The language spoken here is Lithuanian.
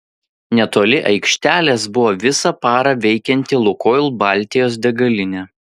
netoli aikštelės buvo visą parą veikianti lukoil baltijos degalinė